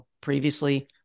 previously